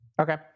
Okay